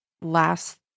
last